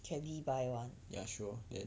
ya sure then